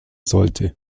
sollte